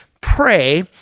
pray